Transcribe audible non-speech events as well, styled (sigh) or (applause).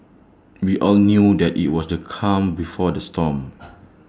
we all knew that IT was the calm before the storm (noise)